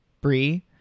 Brie